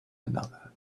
another